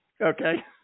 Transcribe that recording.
Okay